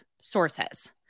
sources